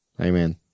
Amen